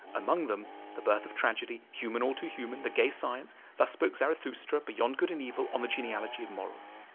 among them the birth of tragedy, human, all too human, the gay science, thus spoke zarathustra, beyond good and evil, on the genealogy of morals,